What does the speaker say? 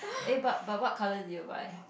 eh but but what colour did you buy